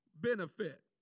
benefit